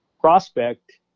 prospect